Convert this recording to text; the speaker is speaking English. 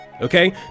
Okay